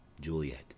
Juliet